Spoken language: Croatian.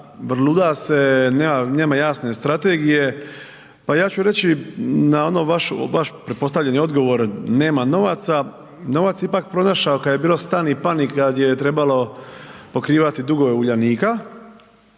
vrluda se, nema jasne strategije. Pa ja ću reći na ono vaši pretpostavljeni odgovor nema novaca. Novac je ipak pronašao kada je bilo stani pani, kada je trebalo pokrivati dugove Uljanika.